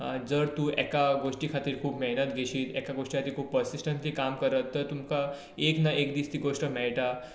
जर तूं एका गोश्टी खातीर खूब मेहनत घेयशी एका गोश्टी खातीर खूब पर्सिस्टंसली काम करत तर तुमकां एक ना एक दीस ती गोश्ट मेळटा